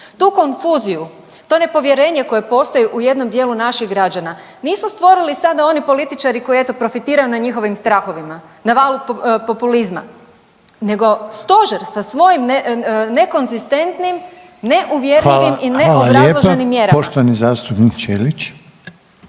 Tu konfuziju, to nepovjerenje koje postoji u jednom dijelu naših građana nisu stvorili sada oni političari koji eto profitiraju na njihovim strahovima, na valu populizma nego stožer sa svojim nekonzistentnim, ne uvjerljivim i ne obrazloženim mjerama. **Reiner, Željko